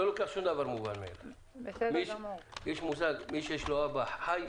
מי שיש לו אבא חי,